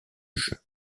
jeu